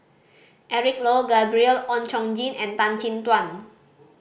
Eric Low Gabriel Oon Chong Jin and Tan Chin Tuan